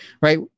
right